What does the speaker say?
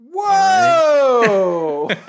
Whoa